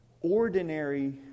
ordinary